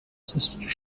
sister